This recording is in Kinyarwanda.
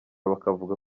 bakavuga